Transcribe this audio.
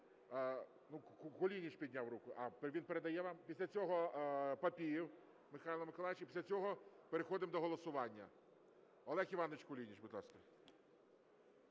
Кулініч підняв руку. А, він передає вам? Після цього Папієв Михайло Миколайович і після цього переходимо до голосування. Олег Іванович Кулініч, будь ласка.